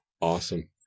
Awesome